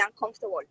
uncomfortable